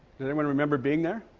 does anyone remember being there?